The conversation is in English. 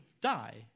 die